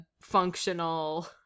functional